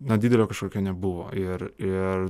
na didelio kažkokio nebuvo ir ir